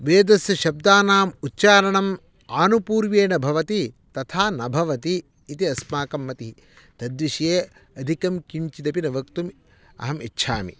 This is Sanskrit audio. वेदस्य शब्दानाम् उच्चारणम् आनुपूर्व्येण भवति तथा न भवति इति अस्माकं मतिः तद्विषये अधिकं किञ्चिदपि न वक्तुम् अहम् इच्छामि